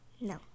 No